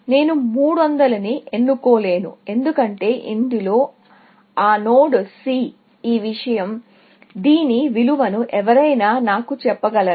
నేను 300 ని ఎన్నుకోలేను ఎందుకంటే ఇందులో ఆ నోడ్ C ఈ విషయం దీని విలువను ఎవరైనా నాకు చెప్పగలరా